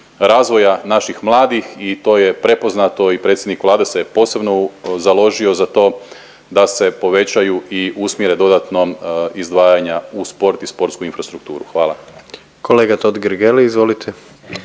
razvoja naših mladih i to je prepoznato i predsjednik Vlade se posebno založio za to da se povećaju i usmjere dodatno izdvajanja u sport i sportsku infrastrukturu. Hvala. **Jandroković, Gordan